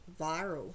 viral